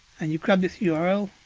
and you grab this yeah url.